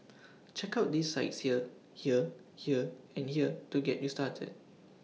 check out these sites here here here and here to get you started